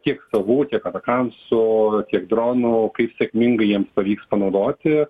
tiek savų tiek atakamsų tiek dronų kaip sėkmingai jiems pavyks panaudoti